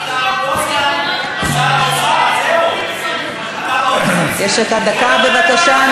חבר הכנסת באסל גטאס, דקה, בבקשה.